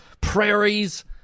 prairies